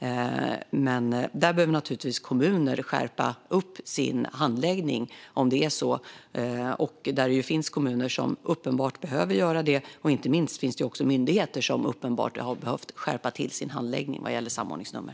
Om det är så behöver kommunerna naturligtvis skärpa sin handläggning. Uppenbart finns det kommuner som behöver göra det. Inte minst finns det också myndigheter som uppenbart behöver skärpa sin handläggning när det gäller samordningsnummer.